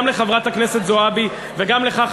גם לחברת הכנסת זועבי וגם לך,